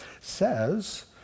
says